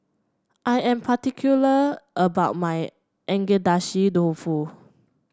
I am particular about my Agedashi Dofu